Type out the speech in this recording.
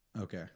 okay